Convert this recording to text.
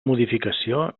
modificació